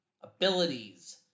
Abilities